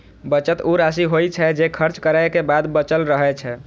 बचत ऊ राशि होइ छै, जे खर्च करै के बाद बचल रहै छै